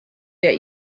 that